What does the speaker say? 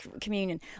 communion